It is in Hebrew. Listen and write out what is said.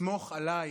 סמוך עליי,